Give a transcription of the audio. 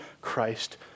Christ